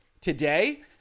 Today